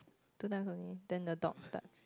two times only then the dog starts